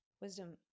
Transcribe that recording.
wisdom